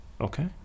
Okay